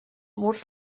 murs